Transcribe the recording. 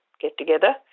get-together